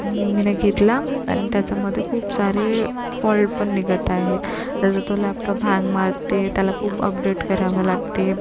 मी घेतला आणि त्याच्यामध्ये खूप सारे फॉल्ट पण निघत आहेत त्याचा तो लॅपटॉप हँग मारते त्याला खूप अपडेट करावं लागते